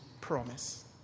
promise